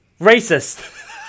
Racist